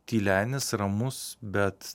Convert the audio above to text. tylenis ramus bet